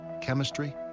chemistry